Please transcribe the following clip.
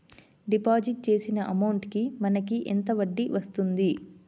Deposit చేసిన amount కి మనకి ఎంత వడ్డీ వస్తుంది?